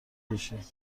کشید